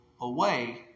away